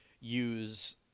use